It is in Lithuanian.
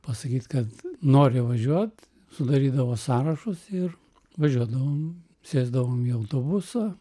pasakyt kad nori važiuot sudarydavo sąrašus ir važiuodavom sėsdavom į autobusą